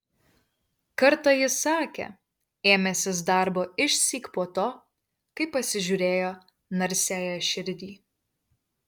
kartą jis sakė ėmęsis darbo išsyk po to kai pasižiūrėjo narsiąją širdį